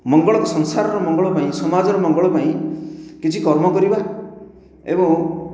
ମଙ୍ଗଳ ସଂସାରର ମଙ୍ଗଳ ପାଇଁ ସମାଜର ମଙ୍ଗଳ ପାଇଁ କିଛି କର୍ମ କରିବା ଏବଂ